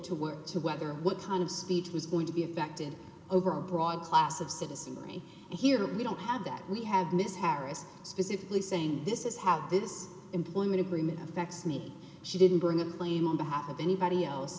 to work to whether what kind of speech was going to be affected over a broad class of citizenry here we don't have that we have miss harris specifically saying this is how this employment agreement affects me she didn't bring a plane on behalf of anybody else